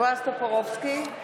בועז טופורובסקי,